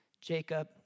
Jacob